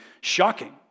shocking